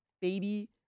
baby